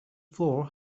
floor